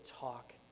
talk